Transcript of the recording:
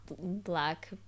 black